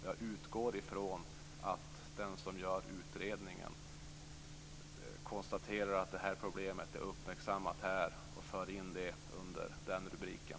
Jag utgår ifrån att den som gör utredningen konstaterar att detta problem är uppmärksammat här och för in det under den rubriken.